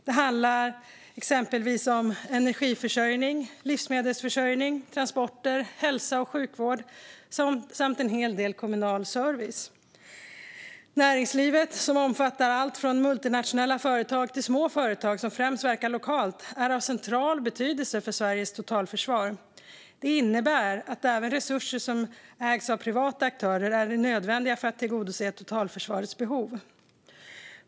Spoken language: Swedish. Det handlar exempelvis om energiförsörjning, livsmedelsförsörjning, transporter, hälso och sjukvård samt en hel del kommunal service. Näringslivet, som omfattar allt från multinationella företag till små företag som främst verkar lokalt, är av central betydelse för Sveriges totalförsvar. Det innebär att även resurser som ägs av privata aktörer är nödvändiga för att tillgodose totalförsvarets behov.